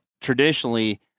traditionally